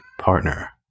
Partner